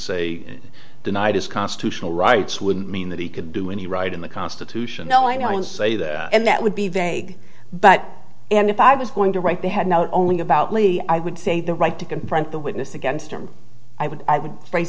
say denied his constitutional rights would mean that he could do any right in the constitution no i don't say that and that would be vague but and if i was going to write they had not only about lee i would say the right to confront the witness against him i would i would phrase